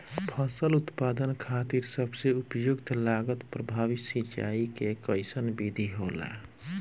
फसल उत्पादन खातिर सबसे उपयुक्त लागत प्रभावी सिंचाई के कइसन विधि होला?